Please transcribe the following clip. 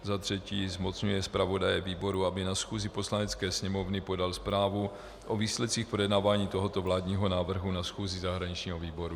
za třetí zmocňuje zpravodaje výboru, aby na schůzi Poslanecké sněmovny podal zprávu o výsledcích projednávání tohoto vládního návrhu na schůzi zahraničního výboru.